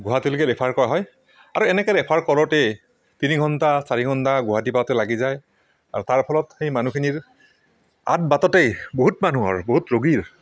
গুৱাহাটীললৈকে refer কৰা হয় আৰু এনেকৈ ৰেফাৰ কৰোঁতেই তিনি ঘন্টা চাৰি ঘন্টা গুৱাহাটী পাওঁতে লাগি যায় আৰু তাৰ ফলত সেই মানুহখিনিৰ আধ বাটতেই বহুত মানুহৰ বহুত ৰোগীৰ